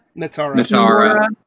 Natara